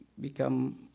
become